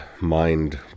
mind